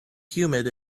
humid